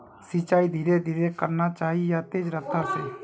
सिंचाई धीरे धीरे करना चही या तेज रफ्तार से?